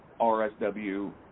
RSW